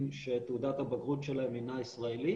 שתעודת הבגרות שלהם אינה ישראלית